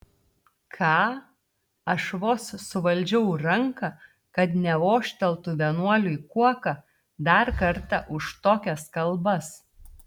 ką aš vos suvaldžiau ranką kad nevožteltų vienuoliui kuoka dar kartą už tokias kalbas